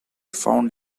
found